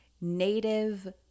native